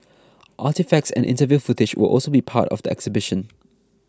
artefacts and interview footage will also be part of the exhibition